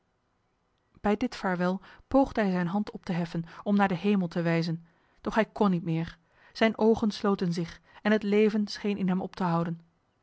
bij dit vaarwel poogde hij zijn hand op te heffen om naar de hemel te wijzen doch hij kon niet meer zijn ogen sloten zich en het leven scheen in hem op te houden